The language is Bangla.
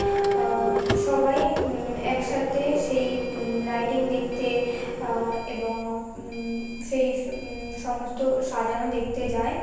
সবাই একসাথে সেই লাইটিং দেখতে এবং সেই সমস্ত সাজানো দেখতে যায়